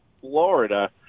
Florida